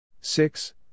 Six